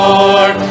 Lord